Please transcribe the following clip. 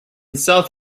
south